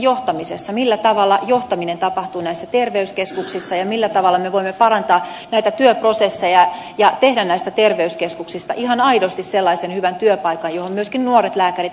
millä tavalla johtaminen tapahtuu näissä terveyskeskuksissa ja millä tavalla me voimme parantaa työprosesseja ja tehdä terveyskeskuksista ihan aidosti sellaisen hyvän työpaikan johon myöskin nuoret lääkärit haluavat tulla